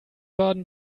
baden